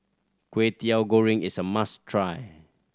Kwetiau Goreng is a must try